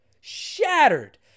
shattered